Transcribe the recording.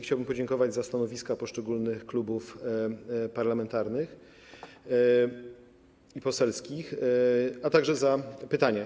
Chciałbym podziękować za stanowiska poszczególnych klubów parlamentarnych i poselskich, a także za pytania.